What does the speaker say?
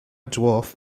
dwarf